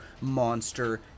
monster